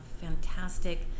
fantastic